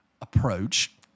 approach